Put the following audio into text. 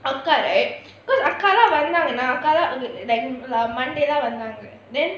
angkat right because I've car lah but now to now colour and then last monday eleven lah then okay lah but you don't need then she was suddenly be like oh